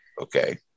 Okay